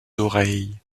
oreilles